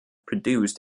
produced